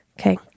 Okay